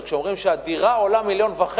וכשאומרים שהדירה עולה 1.5 מיליון,